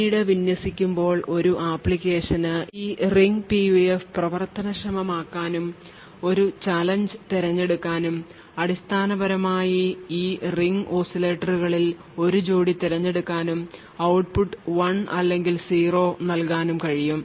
പിന്നീട് വിന്യസിക്കുമ്പോൾ ഒരു അപ്ലിക്കേഷന് ഈ റിംഗ് PUF പ്രവർത്തനക്ഷമമാക്കാനും ഒരു ചാലഞ്ച് തിരഞ്ഞെടുക്കാനും അടിസ്ഥാനപരമായി ഈ റിംഗ് ഓസിലേറ്ററുകളിൽ ഒരു ജോഡി തിരഞ്ഞെടുക്കാനും ഔട്ട്പുട്ട് 1 അല്ലെങ്കിൽ 0 നൽകാനും കഴിയും